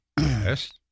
Yes